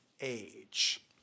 age